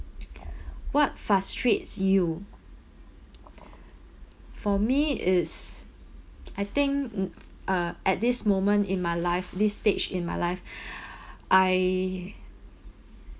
what frustrates you for me is I think mm uh at this moment in my life this stage in my life I